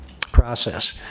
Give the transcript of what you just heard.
process